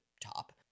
top